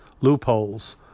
loopholes